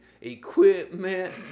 equipment